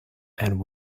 and